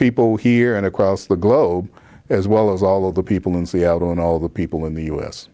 people here and across the globe as well as all of the people in seattle and all the people in the u